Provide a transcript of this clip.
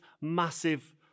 massive